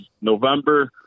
November